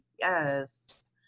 yes